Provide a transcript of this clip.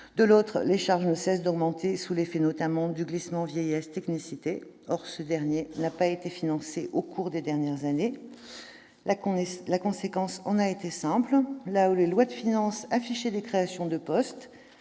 de l'autre, les charges ne cessent d'augmenter, sous l'effet notamment du glissement vieillesse technicité, qui n'a pas été financé au cours des dernières années. La conséquence de cette quadrature a été simple : là où les lois de finances affichaient des créations de postes,